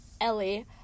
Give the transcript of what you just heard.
Ellie